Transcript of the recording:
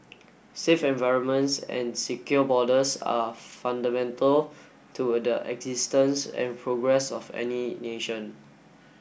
safe environments and secure borders are fundamental to the existence and progress of any nation